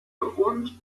und